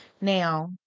Now